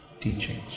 teachings